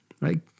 right